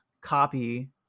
copy